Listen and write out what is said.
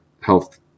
health